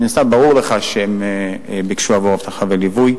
מן הסתם, ברור לך שהם ביקשו עבור אבטחה וליווי.